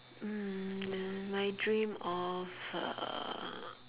mm my dream of uh